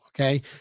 okay